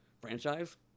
franchise